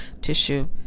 tissue